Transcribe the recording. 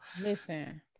listen